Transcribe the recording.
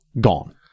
gone